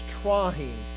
trying